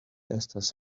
estas